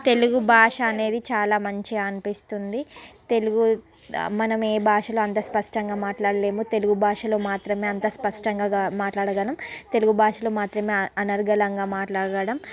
తెలుగు భాష అనేది చాలా మంచిగా అనిపిస్తుంది తెలుగు మనమే భాషలో అంత స్పష్టంగా మాట్లాడలేము తెలుగు భాషలో మాత్రమే అంత స్పష్టంగా మాట్లాడగలము తెలుగు భాషలో మాత్రమే అనర్గళంగా మాట్లాడగలము